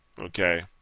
okay